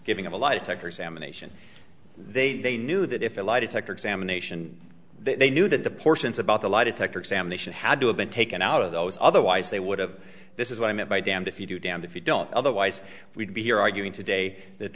giving of a lie detector examination they knew that if a lie detector examination they knew that the portions about the lie detector examination how do have been taken out of those otherwise they would have this is what i meant by damned if you do damned if you don't otherwise we'd be here arguing today that